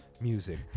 music